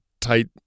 tight